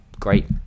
great